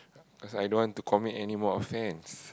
cause I don't want to commit anymore offence